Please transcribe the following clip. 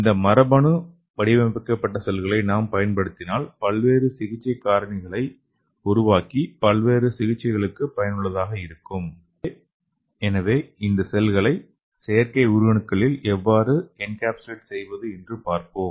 இந்த மரபணு வடிவமைக்கப்பட்ட செல்களை நாம் பயன்படுத்தினால் பல்வேறு சிகிச்சை காரணிகளை உருவாக்கி பல்வேறு சிகிச்சைகளுக்கு பயனுள்ளதாக இருக்கும் எனவே இந்த செல்களை செயற்கை உயிரணுக்களில் எவ்வாறு என்கேப்சுலேட் செய்வது என்று பார்ப்போம்